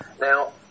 Now